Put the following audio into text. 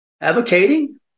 advocating